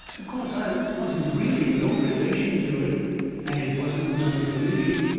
of course, i wasn't really no relation to it and it wasn't none to me.